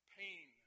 pain